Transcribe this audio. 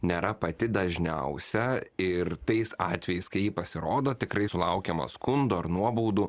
nėra pati dažniausia ir tais atvejais kai ji pasirodo tikrai sulaukiama skundų ar nuobaudų